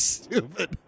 stupid